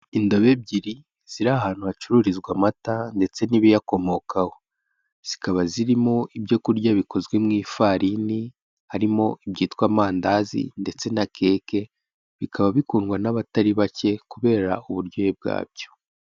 Indobo ebyiri ziri ahantu hacururizwa amata ndetse n'ibiyakomokaho, zikaba zirimo ibyokurya bikozwe mu ifarini, harimo ibyitwa amandazi ndetse na keke, bikaba bikundwa n'abatari bake, kubera uburyohe bwabyo.